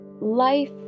life